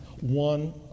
one